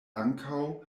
ankaŭ